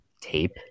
tape